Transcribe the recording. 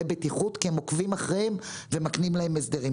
בטיחות כי הם עוקבים אחריהם ומקנים להם הסדרים.